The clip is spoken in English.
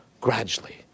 gradually